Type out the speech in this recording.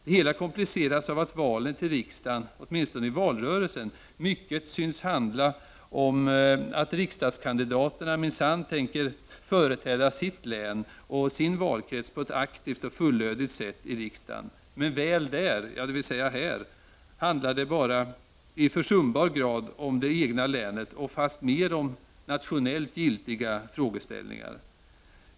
Det hela kompliceras av att valet till riksdagen, åtminstone i valrörelsen, mycket synes handla om att riksdagskandidaterna minsann tänker företräda sitt län och sin valkrets på ett aktivt och fullödigt sätt i riksdagen. Men väl där — dvs. här — handlar det bara i försumbar grad om det egna länet och fastmer om nationellt giltiga frågeställningar.